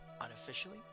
unofficially